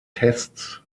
tests